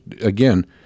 again